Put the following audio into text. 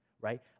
right